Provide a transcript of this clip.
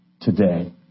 today